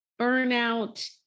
burnout